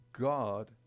God